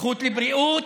הזכות לבריאות,